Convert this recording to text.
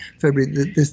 February